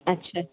अच्छा अच्छा